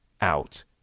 out